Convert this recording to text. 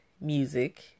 music